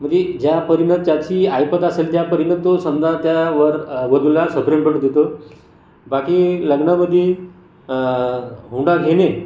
म्हणजे ज्या परीनं ज्याची ऐपत असेल त्या परीनं तो समजा त्या वरवधूला सप्रेम भेट देतो बाकी लग्नामध्ये हुंडा घेणे